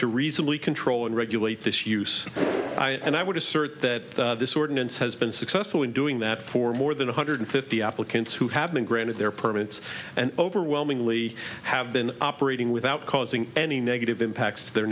to reasonably control and regulate this use and i would assert that this ordinance has been successful in doing that for more than one hundred fifty applicants who have been granted their permits and overwhelmingly have been operating without causing any negative impacts to their